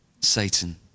Satan